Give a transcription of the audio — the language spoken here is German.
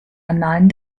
annalen